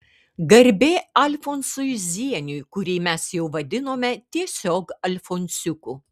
garbė alfonsui zieniui kurį mes jau vadinome tiesiog alfonsiuku